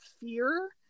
fear